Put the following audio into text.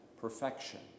perfection